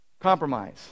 compromise